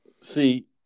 See